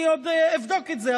אני עוד אבדוק את זה,